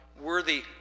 worthy